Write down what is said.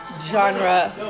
Genre